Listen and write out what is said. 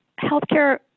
healthcare